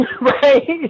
right